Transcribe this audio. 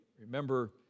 Remember